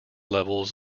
levels